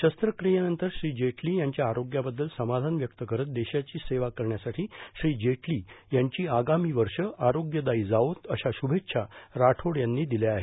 शस्त्रक्रियेनंतर श्री जेटली यांच्या आरोग्याबद्दल समाधान व्यक्त करत देशाची सेवा करण्यसाठी श्री जेटली यांची आगामी वर्ष आरोग्यदायी जावोत अशा शुभेच्छा राठोड यांनी दिल्या आहेत